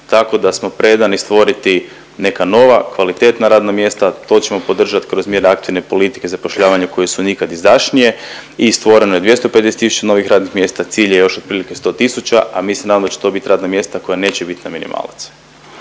tako da smo predani stvoriti neka nova, kvalitetna radna mjesta. To ćemo podržat kroz mjere aktivne politike zapošljavanja koje su nikad izdašnije i stvoreno je 250 tisuća novih radnih mjesta, cilj je još otprilike 100 tisuća, a mi se nadamo da će to bit radna mjesta koja neće bit na minimalac.